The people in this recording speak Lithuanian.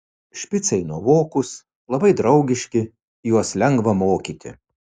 špicai nuovokūs labai draugiški juos lengva mokyti